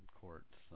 courts